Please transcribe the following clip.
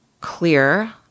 clear